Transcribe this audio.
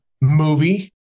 movie